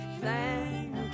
Thank